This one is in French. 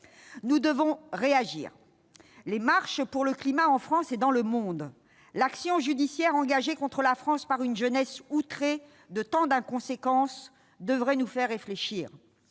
Nous devons réagir ! Les marches pour le climat en France et dans le monde, l'action judiciaire engagée contre la France par une jeunesse outrée de tant d'inconséquence devraient nous faire réfléchir.